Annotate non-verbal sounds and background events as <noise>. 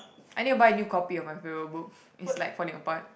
I need to buy a new copy of my favourite book <breath> it's like falling apart